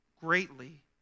greatly